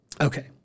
Okay